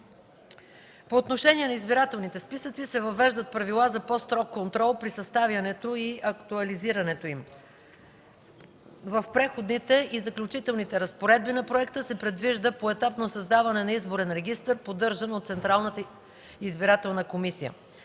По отношение на избирателните списъци се въвеждат правила за по-строг контрол при съставянето и актуализирането им. В Преходните и заключителните разпоредби на проекта се предвижда поетапно създаване на изборен регистър, поддържан от Централната избирателна комисия.